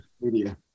media